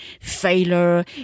failure